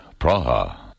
Praha